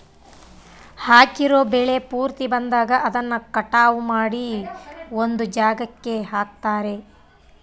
ಹಾಕಿರೋ ಬೆಳೆ ಪೂರ್ತಿ ಬಂದಾಗ ಅದನ್ನ ಕಟಾವು ಮಾಡಿ ಒಂದ್ ಜಾಗಕ್ಕೆ ಹಾಕ್ತಾರೆ